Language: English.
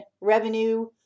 revenue